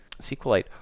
SQLite